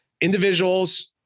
individuals